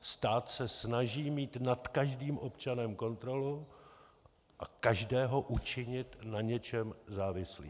Stát se snaží mít nad každým občanem kontrolu a každého učinit na něčem závislým.